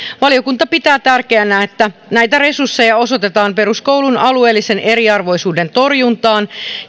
valiokunta pitää tärkeänä että näitä resursseja osoitetaan peruskoulun alueellisen eriarvoisuuden torjuntaan